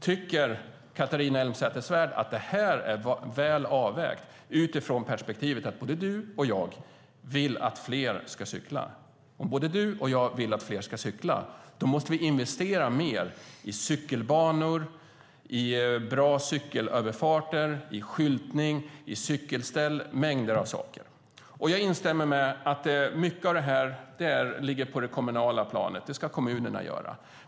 Tycker Catharina Elmsäter-Svärd att detta är väl avvägt utifrån perspektivet att både du och jag vill att fler ska cykla? Om både du och jag vill att fler ska cykla måste vi investera mer i cykelbanor, bra cykelöverfarter, skyltning, cykelställ - mängder med saker. Jag instämmer i att mycket av detta ligger på det kommunala planet och att kommunerna ska göra det.